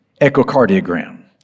echocardiogram